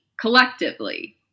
collectively